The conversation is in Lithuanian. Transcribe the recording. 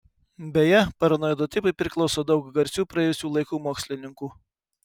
beje paranoido tipui priklauso daug garsių praėjusių laikų mokslininkų